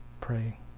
pray